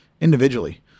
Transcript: individually